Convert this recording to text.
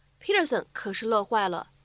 Peterson可是乐坏了